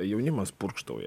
jaunimas purkštauja